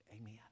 Amen